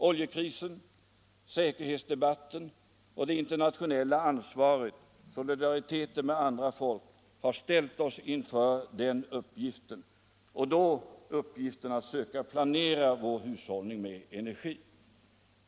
Oljekrisen, säkerhetsdebatten och det internationella ansvaret, solidariteten med andra folk har ställt oss inför uppgiften att söka planera vår hushållning med energi.